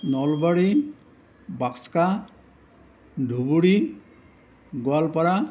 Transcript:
Nalbari Baksa Dhubri Goalpara